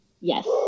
Yes